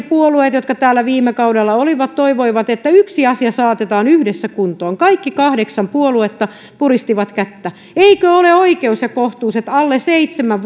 puolueet jotka täällä viime kaudella olivat toivoivat yksi asia saatetaan yhdessä kuntoon kaikki kahdeksan puoluetta puristivat kättä eikö ole oikeus ja kohtuus että alle seitsemän